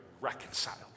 reconciled